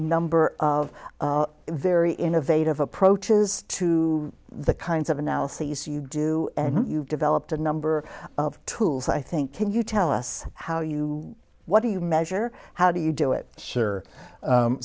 number of very innovative approaches to the kinds of analyses you do and you've developed a number of tools i think can you tell us how you what do you measure how do you do it sure